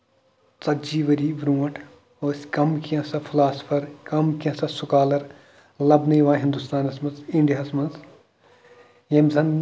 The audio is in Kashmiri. ژَتجی ؤری برونٹھ ٲسۍ کَم کیٚنہہ ژاہ فِلاسفر کَم کیٚنہہ ژاہ سُکالر لَبنہٕ یِوان ہِندوستانَس منٛز اِنڈیا ہَس منٛز یٔمۍ زَن